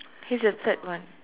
this is the third one